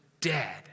dead